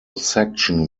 section